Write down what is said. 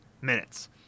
minutes